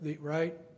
right